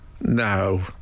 No